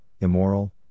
immoral